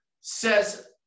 says